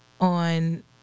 on